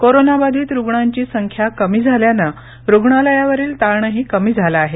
कोरोनाबाधित रुग्णांची संख्या कमी झाल्यानं रुग्णालयावरील ताणही कमी झाला आहे